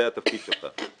זה התפקיד שלך.